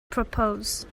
propose